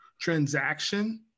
transaction